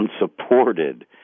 unsupported